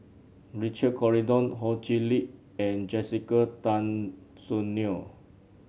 Richard Corridon Ho Chee Lick and Jessica Tan Soon Neo